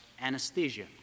anesthesia